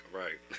right